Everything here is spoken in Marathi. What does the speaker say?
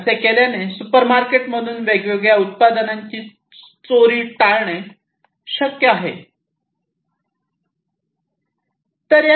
असे केल्याने सुपरमार्केटमधून वेगवेगळ्या उत्पादनांची चोरी टाळणे शक्य आहे